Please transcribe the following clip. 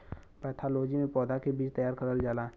pathology में पौधा के बीज तैयार करल जाला